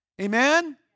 Amen